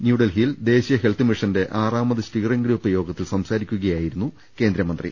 ന്യൂഡ്ൽഹിയിൽ ദേശീയ ഹെൽത്ത് മിഷന്റെ ആറാമത് സ്റ്റിയറിംഗ് ഗ്രൂപ്പ് യോഗത്തിൽ സംസാരിക്കുകയായിരുന്നു കേന്ദ്രമന്ത്രി